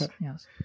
Yes